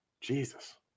Jesus